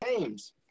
Names